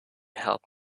help